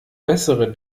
bessere